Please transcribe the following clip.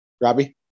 Robbie